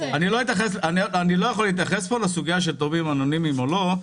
להתייחס לסוגיה של תורמים אנונימיים או לא.